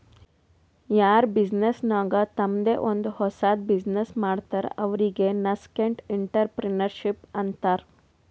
ಯಾರ್ ಬಿಸಿನ್ನೆಸ್ ನಾಗ್ ತಂಮ್ದೆ ಒಂದ್ ಹೊಸದ್ ಬಿಸಿನ್ನೆಸ್ ಮಾಡ್ತಾರ್ ಅವ್ರಿಗೆ ನಸ್ಕೆಂಟ್ಇಂಟರಪ್ರೆನರ್ಶಿಪ್ ಅಂತಾರ್